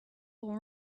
all